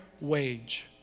wage